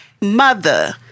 Mother